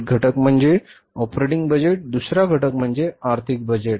एक घटक म्हणजे ऑपरेटिंग बजेट दुसरा घटक म्हणजे आर्थिक बजेट